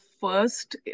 first